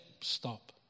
stop